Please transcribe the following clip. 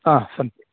आम् सन्ति